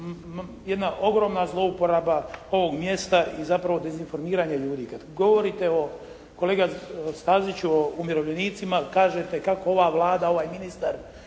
jedna ogromna zlouporaba ovog mjesta i zapravo dezinformiranje ljudi. Kada govorite kolega Staziću o umirovljenicima, kažete kako ova Vlada ovaj ministar